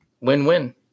Win-win